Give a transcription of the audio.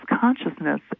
consciousness